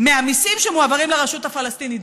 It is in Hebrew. מהמיסים שמועברים לרשות הפלסטינית.